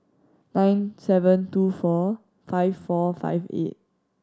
nine seven two four five four five eight